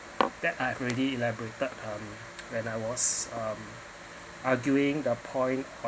that I've already elaborated um when I was um arguing the point on